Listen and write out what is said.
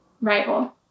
rival